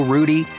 Rudy